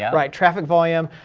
yeah right. traffic volume,